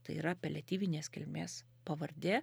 tai yra apeliatyvinės kilmės pavardė